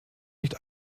nicht